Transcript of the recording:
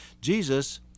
Jesus